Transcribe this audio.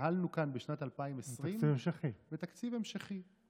התנהלנו כאן בשנת 2020 בתקציב המשכי.